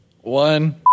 one